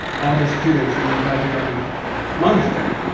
all the students in the vajrayana monastery,